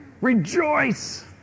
rejoice